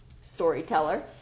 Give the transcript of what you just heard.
storyteller